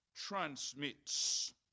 Transmits